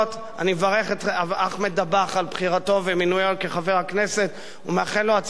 אני מברך את אחמד דבאח על בחירתו ומינויו לחבר הכנסת ומאחל לו הצלחה,